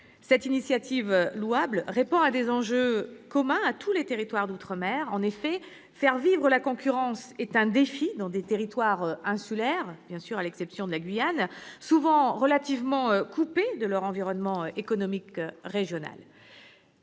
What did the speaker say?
Cette initiative louable répond à des enjeux communs à tous les territoires d'outre-mer : faire vivre la concurrence est un défi dans des territoires insulaires- à l'exception de la Guyane, bien sûr -, souvent relativement coupés de leur environnement économique régional.